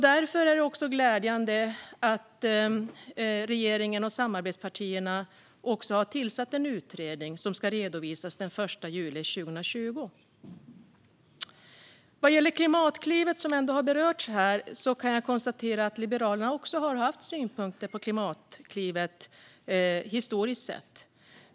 Därför är det glädjande att regeringen och samarbetspartierna har tillsatt en utredning som ska redovisas den 1 juli 2020. Vad gäller Klimatklivet, som ändå har berörts hör, kan jag konstatera att Liberalerna har haft synpunkter på Klimatklivet historiskt sett.